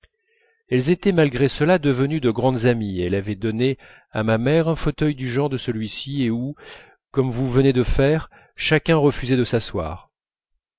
elles étaient malgré cela devenues de grandes amies et elle avait donné à ma mère un fauteuil du genre de celui-ci et où comme vous venez de faire chacun refusait de s'asseoir